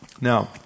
Now